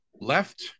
left